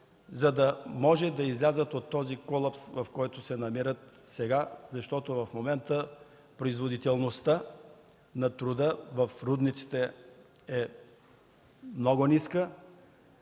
за да може да излязат от този колапс, в който се намират сега, защото в момента производителността на труда в рудниците е много ниска